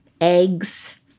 eggs